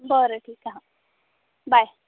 बरं ठीक आहे हं बाय